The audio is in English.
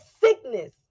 sickness